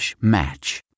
match